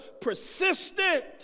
persistent